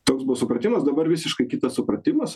toks buvo supratimas dabar visiškai kitas supratimas